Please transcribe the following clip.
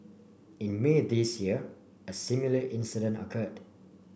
in May this year a similar incident occurred